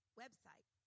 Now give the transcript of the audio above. website